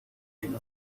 him